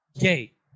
gate